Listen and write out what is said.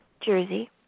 jersey